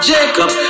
Jacob